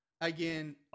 again